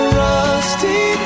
rusty